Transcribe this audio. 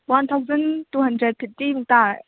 one thousand two hundred fifty ꯃꯨꯛ ꯇꯥꯔꯦ